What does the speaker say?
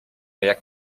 jak